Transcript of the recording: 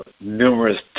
numerous